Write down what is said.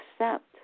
accept